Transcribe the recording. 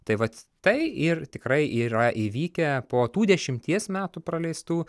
tai vat tai ir tikrai yra įvykę po tų dešimties metų praleistų